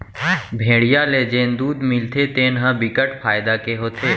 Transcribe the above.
भेड़िया ले जेन दूद मिलथे तेन ह बिकट फायदा के होथे